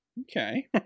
Okay